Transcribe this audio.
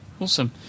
Awesome